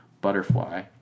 butterfly